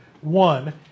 one